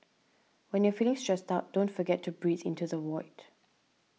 when you are feeling stressed out don't forget to breathe into the void